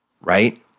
right